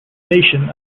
nation